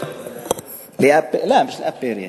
לאפר אותה.